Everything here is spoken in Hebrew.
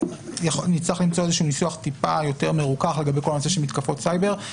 נצטרך למצוא ניסוח טיפה יותר מרוכך לגבי כל הנושא של מתקפות סייבר,